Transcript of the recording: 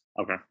Okay